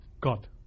God